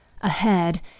Ahead